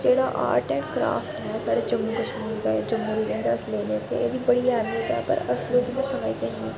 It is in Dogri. जेह्ड़ा आर्ट ऐ क्राफ्ट ऐ साढ़ै जम्मू कश्मीर दे जम्मू दे गै अस लोक एह् बड़ी पर अस लोग इयां समझ नी ऐ